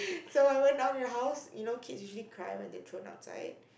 so I went out of the house you know kids usually cry when they thrown outside